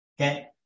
Okay